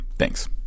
Thanks